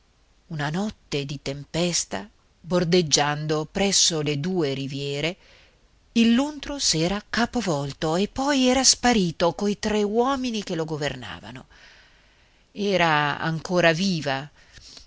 una notte di tempesta bordeggiando presso le due riviere il luntro s'era capovolto e poi era sparito coi tre uomini che lo governavano era ancora viva